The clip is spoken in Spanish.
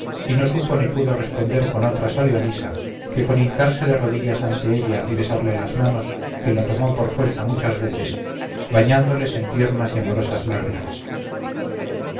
y no supo ni pudo responder con otras a leonisa que con hincarse de rodillas ante ella y besarle las manos que le tomó por fuerza muchas veces bañándoselas en tiernas y amorosas lágrimas